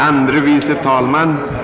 Herr talman!